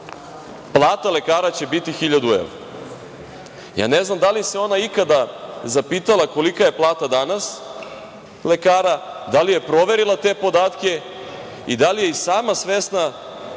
plata lekara će biti 1000 evra. Ne znam da li se ona ikada zapitala kolika je plata danas lekara, da li je proverila te podatke i da li je sama svesna